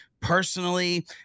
personally